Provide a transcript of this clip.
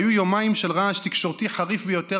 היו יומיים של רעש תקשורתי חריף ביותר